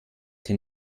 den